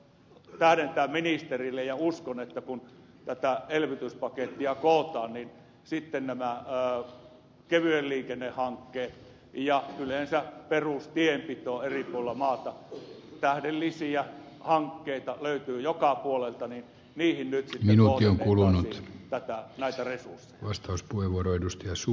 edelleen haluan tähdentää ministerille ja uskon kun tätä elvytyspakettia kootaan että kevyen liikenteen hankkeisiin ja yleensä perustienpitoon eri puolilla maata tähdellisiä hankkeita löytyy joka puolelta nyt niin ohi on kulunut ja sitten kohdennettaisiin näitä resursseja